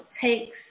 takes